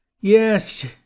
Yes